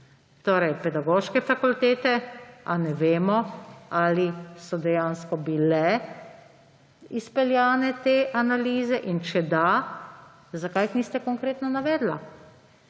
tri pedagoške fakultete, a ne vemo, ali so dejansko bile izpeljane te analize, in če da, zakaj jih niste konkretno navedli.